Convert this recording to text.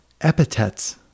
Epithets